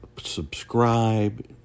subscribe